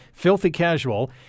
#FilthyCasual